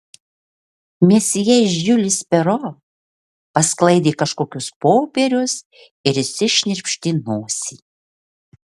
mesjė žiulis pero pasklaidė kažkokius popierius ir išsišnirpštė nosį